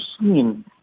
seen